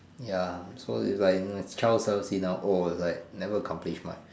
ya so it's like child self see now oh like never complete much